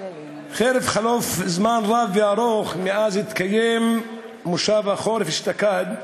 חרף חלוף זמן רב וארוך מאז מושב החורף אשתקד,